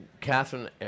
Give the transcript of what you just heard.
Catherine